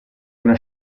una